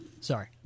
Sorry